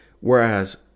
Whereas